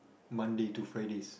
Monday to Fridays